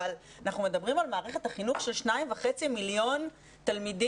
אבל אנחנו מדברים על מערכת חינוך של 2.5 מיליון תלמידים,